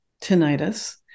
tinnitus